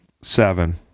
Seven